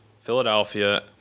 Philadelphia